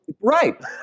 Right